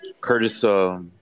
Curtis –